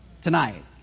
tonight